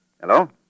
Hello